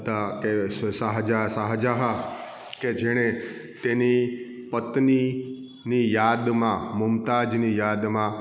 હતા એ શાહજહાં શાહજહાં કે જેણે તેની પત્નીની યાદમાં મુમતાજની યાદમાં